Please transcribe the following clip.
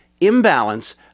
imbalance